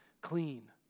clean